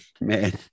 Man